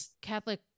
Catholic